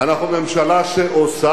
אנחנו ממשלה שעושה,